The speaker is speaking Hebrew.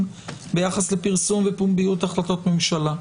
ביחס לפרסום ופומביות החלטות ממשלה.